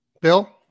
Bill